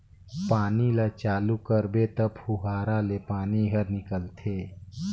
पानी ल चालू करबे त फुहारा ले पानी हर निकलथे